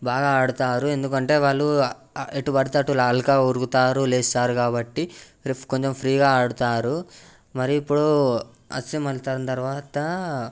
బాగా ఆడతారు ఎందుకంటే వాళ్ళు ఎటుపడితే అటు అల్కాగా ఉరుకుతారు లేస్తారు కాబట్టి కొంచెం ఫ్రీగా ఆడతారు మరి ఇప్పుడు అస్సిమల్ దాని తర్వాత